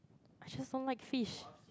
I just don't like fish